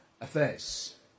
affairs